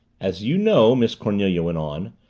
as you know, miss cornelia went on,